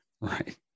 Right